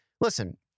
listen—